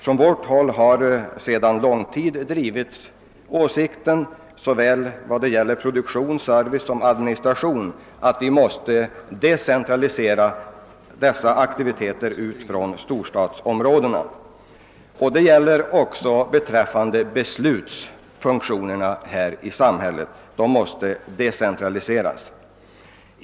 Från vårt håll har sedan länge drivits åsikten när det gäller såväl produktion och service som administration att vi måste flytta dessa aktiviteter från storstadsområdena. Detta gäller också beträffande beslutsfunktionerna här i samhället; också de måste decentraliseras.